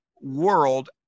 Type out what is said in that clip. world